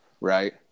right